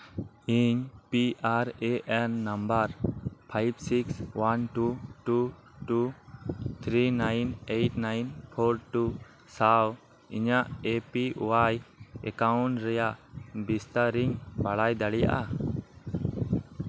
ᱤᱧ P R A N number ᱢᱚᱲᱮ ᱛᱩᱨᱩᱭ ᱢᱤᱫ ᱵᱟᱨ ᱵᱟᱨ ᱵᱟᱨ ᱯᱮ ᱟᱨᱮ ᱮᱭᱟᱭ ᱯᱳᱱ ᱵᱟᱨ ᱥᱟᱶ ᱤᱧᱟᱜ ᱮ ᱯᱤ ᱳᱣᱟᱭ ᱮᱠᱟᱣᱩᱱᱴ ᱨᱮᱭᱟᱜ ᱵᱤᱥᱛᱟᱨ ᱤᱧ ᱵᱟᱲᱟᱭ ᱫᱟᱲᱤᱭᱟᱜ ᱟ